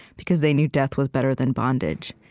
because they knew death was better than bondage.